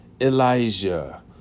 Elijah